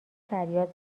فریاد